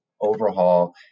overhaul